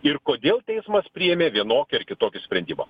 ir kodėl teismas priėmė vienokį ar kitokį sprendimą